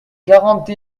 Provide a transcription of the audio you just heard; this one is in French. quarante